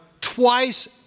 twice